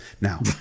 Now